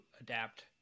adapt